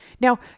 Now